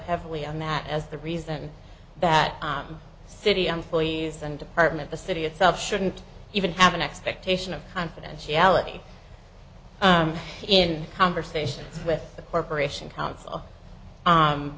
heavily on that as the reason that city employees and department the city itself shouldn't even have an expectation of confidentiality in conversations with the corporation council